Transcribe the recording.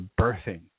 birthing